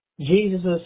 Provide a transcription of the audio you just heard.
Jesus